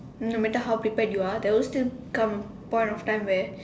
no matter how prepared you are there will still come a point of time where